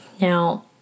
Now